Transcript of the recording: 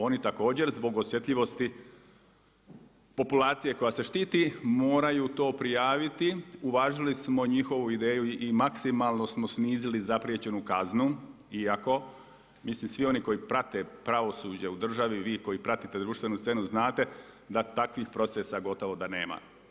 Oni također zbog osjetljivosti populacije koja se štiti moraju to prijaviti, uvažili smo njihovu ideju i maksimalno smo snizili zapriječenu kaznu iako mislim svi oni koji prate pravosuđe u državi, vi koji pratite društvenu scenu, znate, da takvih procesa gotovo da nema.